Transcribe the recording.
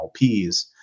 LPs